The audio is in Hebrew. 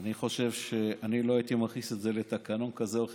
אני חושב שאני לא הייתי מכניס את זה לתקנון כזה או אחר.